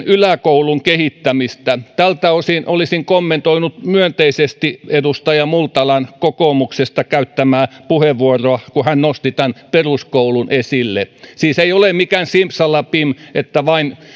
yläkoulun kehittämistä tältä osin olisin kommentoinut myönteisesti edustaja multalan kokoomuksesta käyttämää puheenvuoroa kun hän nosti peruskoulun esille siis ei ole mikään simsalabim että vain